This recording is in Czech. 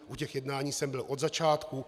U těch jednání jsem byl od začátku.